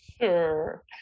Sure